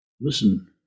Listen